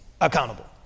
accountable